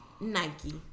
Nike